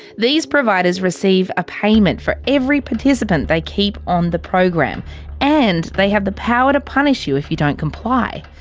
these providers receive a payment for every participant they keep on the program and they have the power to punish you if you don't comply.